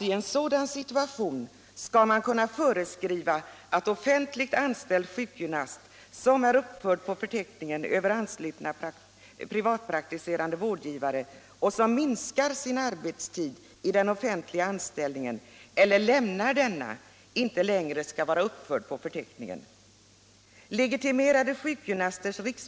i en sådan situation skall kunna föreskriva att offentligt anställd sjukgymnast som är uppförd på förteckning över anslutna privatpraktiserande vårdgivare och som minskar sin arbetstid i den offentliga anställningen eller lämnar denna inte längre skall vara uppförd på förteckningen.